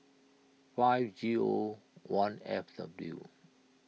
five G O one F W